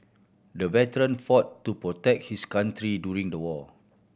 the veteran fought to protect his country during the war